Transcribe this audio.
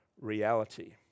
reality